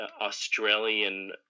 Australian